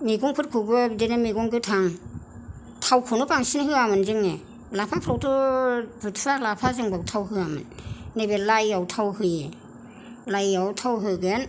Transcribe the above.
मैगंफोरखौबो बिदिनो मैगं गोथां थावखौनो बांसिन होआमोन जोङो नाफामफ्रावथ' बुथ्रा लाफा जोंबो थाव होआमोन नैबे लाइयाव थाव होयो लाइयाव थाव होगोन